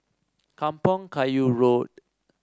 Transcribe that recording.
Kampong Kayu Road